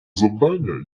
завдання